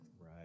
Right